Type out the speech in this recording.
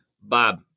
Bob